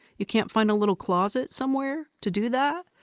you can't find a little closet somewhere to do that?